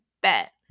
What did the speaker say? bet